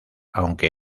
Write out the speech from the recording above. aunque